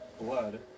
blood